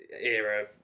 era